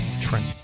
trend